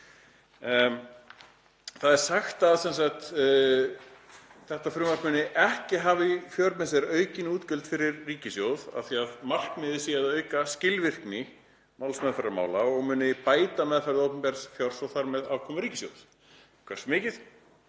Það er sagt að þetta frumvarp muni ekki hafa í för með sér aukin útgjöld fyrir ríkissjóð af því að markmiðið sé að auka skilvirkni í meðferð mála og þetta muni bæta meðferð opinbers fjár og þar með afkomu ríkissjóðs. Hversu mikið?